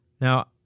Now